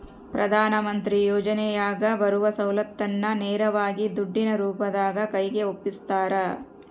ಪ್ರಧಾನ ಮಂತ್ರಿ ಯೋಜನೆಯಾಗ ಬರುವ ಸೌಲತ್ತನ್ನ ನೇರವಾಗಿ ದುಡ್ಡಿನ ರೂಪದಾಗ ಕೈಗೆ ಒಪ್ಪಿಸ್ತಾರ?